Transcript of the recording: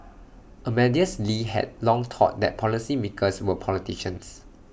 Amadeus lee had long thought that policymakers were politicians